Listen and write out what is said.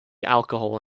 alcohol